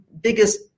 biggest